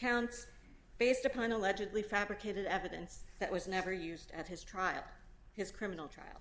counts based upon allegedly fabricated evidence that was never used at his trial his criminal trial